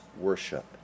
worship